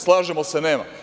Slažemo se, nema.